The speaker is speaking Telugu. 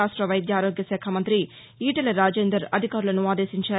రాష్ట వైద్యారోగ్యశాఖ మంతి ఈటేల రాజేందర్ అధికారులను ఆదేశించారు